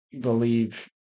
believe